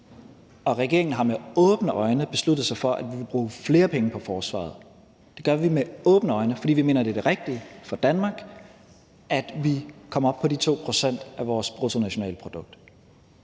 regeringen har med åbne øjne besluttet sig for at bruge flere penge på forsvaret. Det gør vi med åbne øjne, for vi mener, at det er det rigtige for Danmark, at vi kommer op på de 2 pct. af vores bruttonationalprodukt.